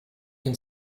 can